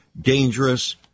dangerous